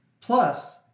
Plus